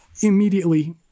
immediately